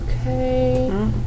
Okay